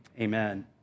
Amen